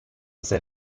sehr